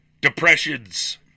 depressions